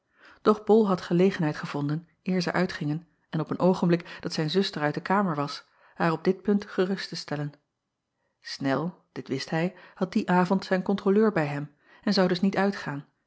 doch ol had gelegenheid gevonden eer zij uitgingen en op een oogenblik dat zijn zuster uit de kamer was haar op dit punt gerust te stellen nel dit wist hij had dien avond zijn kontroleur bij hem en zou dus niet uitgaan